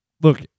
Look